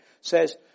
says